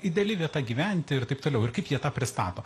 ideali vieta gyventi ir taip toliau ir kaip jie tą pristato